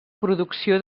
producció